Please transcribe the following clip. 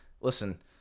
listen